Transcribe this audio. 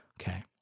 okay